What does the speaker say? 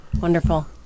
wonderful